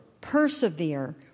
persevere